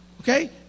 Okay